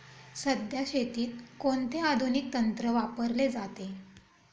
सध्या शेतीत कोणते आधुनिक तंत्र वापरले जाते?